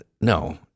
No